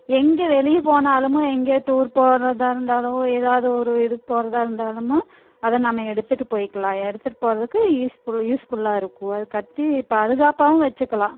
எங்கே வெளிய போனாலும் எங்கே டூர் போகிறதா இருந்தாலோ எதாவது ஒரு இதுக்கு போகிறதா இருந்தாலும் அதை நம்ம எடுத்துகிட்டு போயிக்கலாம் எடுத்துகிட்டு போகிறதுக்கு யூஸ் ஃபுல்லாக இருக்கும் கத்தி பாதுகாப்பாகவும் வச்சுக்கலாம்